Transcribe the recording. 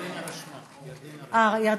סליחה.